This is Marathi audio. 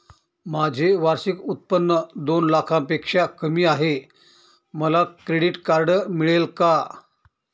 माझे वार्षिक उत्त्पन्न दोन लाखांपेक्षा कमी आहे, मला क्रेडिट कार्ड मिळेल का?